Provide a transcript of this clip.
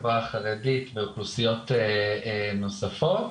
בחברה החרדית ובאוכלוסיות נוספות.